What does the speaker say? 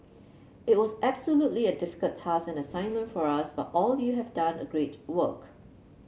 it was absolutely a difficult task and assignment for us but you all have done a great work